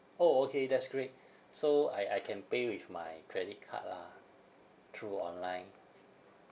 orh okay that's great so I I can pay with my credit card lah through online